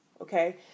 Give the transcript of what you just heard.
okay